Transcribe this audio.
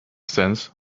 sense